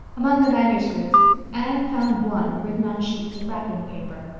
among the manuscripts anne found one written on sheets of wrapping paper.